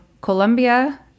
Colombia